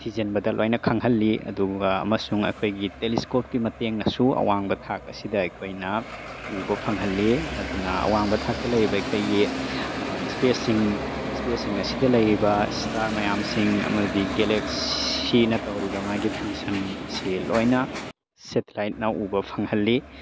ꯊꯤꯖꯤꯟꯕꯗ ꯂꯣꯏꯅ ꯈꯪꯍꯜꯂꯤ ꯑꯗꯨꯒ ꯑꯃꯁꯨꯡ ꯑꯩꯈꯣꯏꯒꯤ ꯇꯦꯂꯦꯁꯀꯣꯞꯀꯤ ꯃꯇꯦꯡꯅꯁꯨ ꯑꯋꯥꯡꯕ ꯊꯥꯛ ꯑꯁꯤꯗ ꯑꯩꯈꯣꯏꯅ ꯎꯕ ꯐꯪꯍꯜꯂꯤ ꯑꯗꯨꯅ ꯑꯋꯥꯡꯕ ꯊꯥꯛꯇ ꯂꯩꯔꯤꯕ ꯑꯩꯈꯣꯏꯒꯤ ꯏꯁꯄꯦꯁꯁꯤꯡ ꯏꯁꯄꯦꯁꯁꯤꯡ ꯑꯁꯤꯗ ꯂꯩꯔꯤꯕ ꯏꯁꯇꯥꯔ ꯃꯌꯥꯝꯁꯤꯡ ꯑꯃꯗꯤ ꯒꯦꯂꯦꯛꯁꯤꯅ ꯇꯧꯔꯤꯕ ꯃꯥꯒꯤ ꯐꯪꯁꯟ ꯑꯁꯦ ꯂꯣꯏꯅ ꯁꯦꯇꯦꯂꯥꯏꯠꯅ ꯎꯕ ꯐꯪꯍꯜꯂꯤ